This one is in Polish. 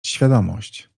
świadomość